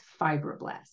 fibroblasts